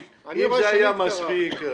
אני רואה שאני התקרבתי.